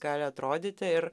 gali atrodyti ir